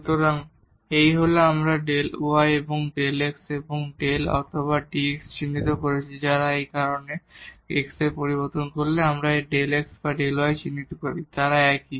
সুতরাং এই হল আমরা Δ y এবং এই Δ x এবং Δ অথবা dx চিহ্নিত করেছি তারা একই কারণ x এ পরিবর্তন করলে আমরা এই Δ x বা Δ y দ্বারা চিহ্নিত করি তারা একই